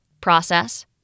process